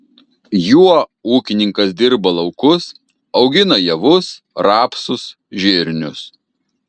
juo ūkininkas dirba laukus augina javus rapsus žirnius